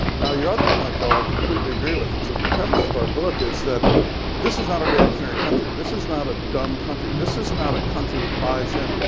now, your other point though i completely agree with. the ah premise of our book is that this is not a reactionary country. this is not a dumb country. this is not a country that buys in.